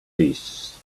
beasts